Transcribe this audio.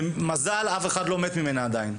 ובמזל אף אחד לא מת ממנה עדיין,